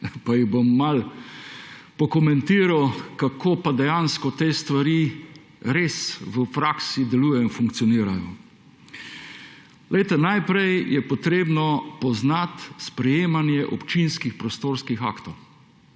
pa jih bom malo pokomentiral, kako pa dejansko te stvari res v praksi delujejo in funkcionirajo. Najprej je treba poznati sprejemanje občinskih prostorskih aktov,